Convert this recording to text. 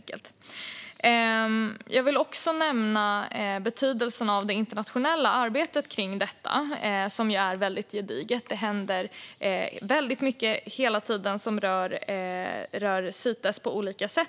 Jag vill också nämna betydelsen av det internationella arbetet kring detta, vilket är väldigt gediget. Det händer hela tiden väldigt mycket som rör Cites på olika sätt.